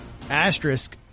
Asterisk